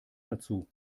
dazu